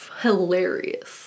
hilarious